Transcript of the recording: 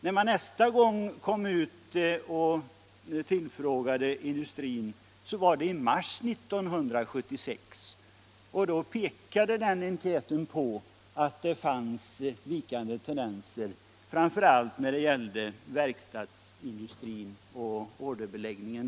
Den enkät som gjordes i mars 1976 pekade på vikande tendenser, framför allt för verkstadsindustrins orderbeläggning.